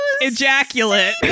ejaculate